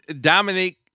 Dominic